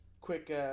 Quick